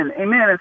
amen